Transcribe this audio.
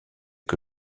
que